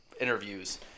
interviews